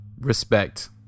respect